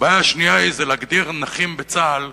הבעיה השנייה זה להגדיר נכים בצה"ל